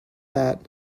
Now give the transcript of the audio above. that